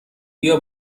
بیا